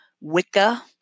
Wicca